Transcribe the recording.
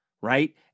Right